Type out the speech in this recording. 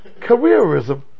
Careerism